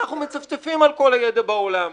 אנחנו מצפצפים על כל הידע בעולם,